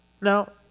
Now